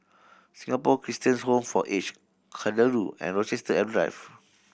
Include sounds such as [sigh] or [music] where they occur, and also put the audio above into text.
Singapore Christans Home for Aged Kadaloor and Rochester [unintelligible] Drive